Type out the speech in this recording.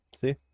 See